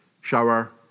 Shower